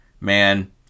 man